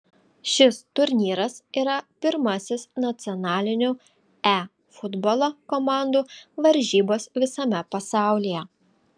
šis turnyras yra pirmasis nacionalinių e futbolo komandų varžybos visame pasaulyje